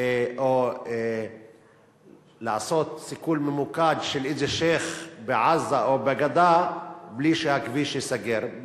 או לעשות סיכול ממוקד של איזה שיח' בעזה או בגדה בלי שהכביש ייסגר,